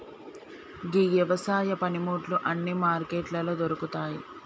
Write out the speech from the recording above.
గీ యవసాయ పనిముట్లు అన్నీ మార్కెట్లలో దొరుకుతాయి